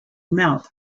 mouth